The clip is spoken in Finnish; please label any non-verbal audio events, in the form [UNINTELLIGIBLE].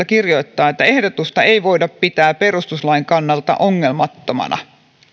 [UNINTELLIGIBLE] kirjoittaa että ehdotusta ei voida pitää perustuslain kannalta ongelmattomana